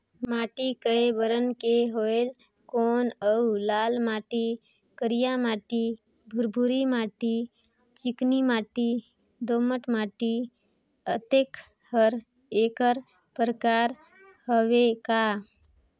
माटी कये बरन के होयल कौन अउ लाल माटी, करिया माटी, भुरभुरी माटी, चिकनी माटी, दोमट माटी, अतेक हर एकर प्रकार हवे का?